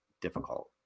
difficult